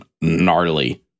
gnarly